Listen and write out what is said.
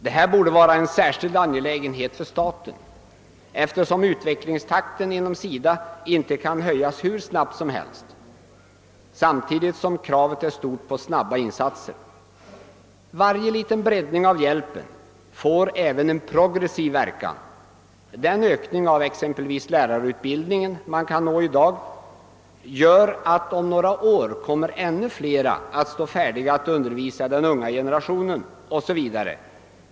Detta borde vara en särskild angelägenhet för staten, eftersom utvecklingstakten inom SIDA inte kan höjas hur snabbt som helst samtidigt som man fordrar snabba insatser. Varje liten breddning av hjälpen får även en progressiv verkan. Den ökning av exempelvis lärarutbildningen man kan uppnå i dag medför att om några år ännu flera kommer att stå färdiga att undervisa den unga generationen.